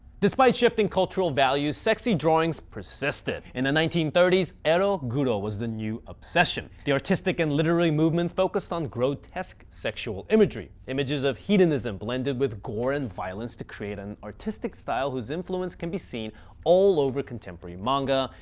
despite shifting cultural values sexy drawings persisted. in the nineteen thirty s, ero-guro was the new obsession. the artistic and literary movement focused on grotesque sexual imagery. images of hedonism blended with gore and violence to create an artistic style whose influence can be seen all over contemporary manga,